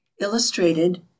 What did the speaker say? Illustrated